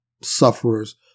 sufferers